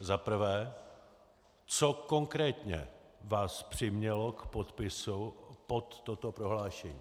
Za prvé: Co konkrétně vás přimělo k podpisu pod toto prohlášení?